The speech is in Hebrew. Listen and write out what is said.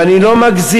ואני לא מגזים,